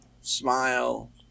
Smile